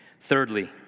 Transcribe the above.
thirdly